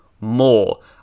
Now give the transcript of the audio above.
more